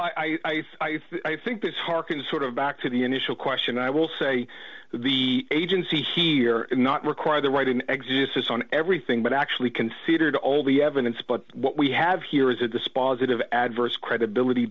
saying i think this harkens sort of back to the initial question i will say the agencies here not require the right in existence on everything but actually considered all the evidence but what we have here is a dispositive adverse credibility